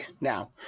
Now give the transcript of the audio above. now